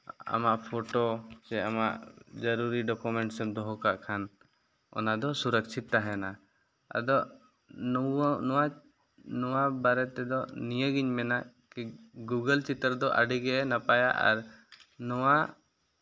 ᱟᱢᱟᱜ ᱯᱷᱳᱴᱳ ᱥᱮ ᱟᱢᱟᱜ ᱡᱟᱹᱨᱩᱨᱤ ᱰᱚᱠᱳᱢᱮᱱᱴᱥ ᱮᱢ ᱫᱚᱦᱚ ᱠᱟᱜ ᱠᱷᱟᱱ ᱚᱱᱟ ᱫᱚ ᱥᱩᱨᱚᱠᱠᱷᱤᱛ ᱛᱟᱦᱮᱱᱟ ᱟᱫᱚ ᱱᱚᱣᱟ ᱱᱚᱣᱟ ᱵᱟᱨᱮ ᱛᱮᱫᱚ ᱱᱤᱭᱟᱹᱜᱤᱧ ᱢᱮᱱᱟ ᱠᱤ ᱜᱩᱜᱚᱞ ᱪᱤᱛᱟᱹᱨ ᱫᱚ ᱟᱹᱰᱤᱜᱮ ᱱᱟᱯᱟᱭᱟ ᱟᱨ ᱱᱚᱣᱟ